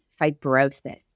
fibrosis